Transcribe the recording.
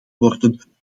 worden